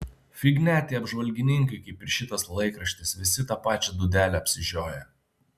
fignia tie apžvalgininkai kaip ir šitas laikraštis visi tą pačią dūdelę apsižioję